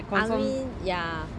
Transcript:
I mean ya